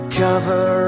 cover